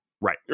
right